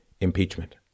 impeachment